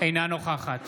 אינה נוכחת